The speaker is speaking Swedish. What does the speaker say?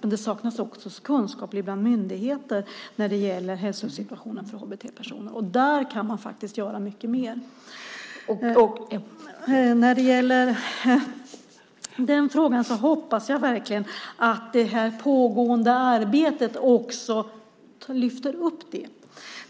men det saknas också kunskap bland myndigheter när det gäller hälsosituationen för HBT-personer. Där kan man faktiskt göra mycket mer. När det gäller den frågan hoppas jag verkligen att man i det pågående arbetet också lyfter fram det.